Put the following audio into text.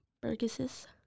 Burgesses